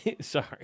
Sorry